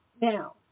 Now